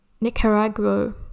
Nicaragua